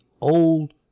Old